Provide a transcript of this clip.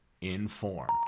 informed